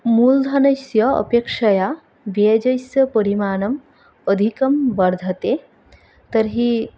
मूलधनस्य अपेक्षया व्याजस्य परिमाणम् अधिकं वर्धते तर्हि